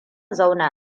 zauna